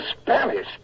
Spanish